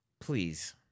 Please